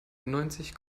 neunzig